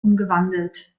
umgewandelt